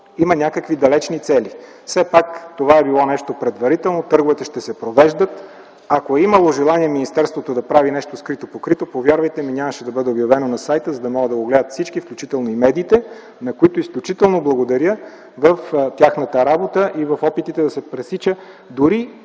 има някакви далечни цели. Все пак това е било нещо предварително, търговете ще се провеждат. Ако е имало желание министерството да прави нещо скрито-покрито, повярвайте ми, нямаше да бъде обявено на сайта, за да могат да го гледат всички, включително и медиите, на които изключително благодаря в тяхната работа и в опитите да се пресича дори